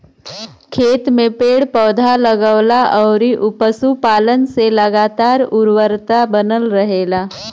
खेत में पेड़ पौधा, लगवला अउरी पशुपालन से लगातार उर्वरता बनल रहेला